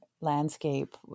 landscape